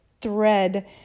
thread